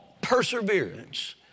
perseverance